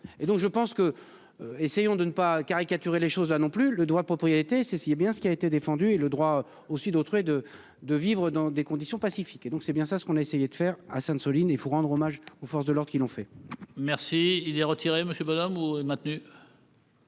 et donc je pense que. Essayons de ne pas caricaturer les choses là non plus le doigt propriété ceci est bien ce qui a été défendu et le droit aussi d'autres et de de vivre dans des conditions pacifiques et donc c'est bien ça ce qu'on a essayé de faire, à Sainte-, Soline il faut rendre hommage aux forces de l'Ordre qui l'ont fait. Merci. Il est retiré monsieur Benamou est maintenu.